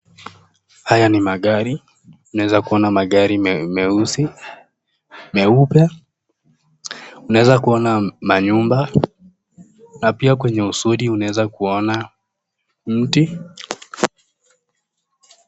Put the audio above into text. Haya ni magari, unaeza kuona magari, meusi, meupe, unaeza kuona manyumba, na pia kwenye uzuri, unaeza kuona mti.